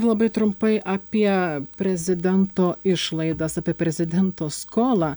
labai trumpai apie prezidento išlaidas apie prezidento skolą